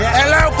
Hello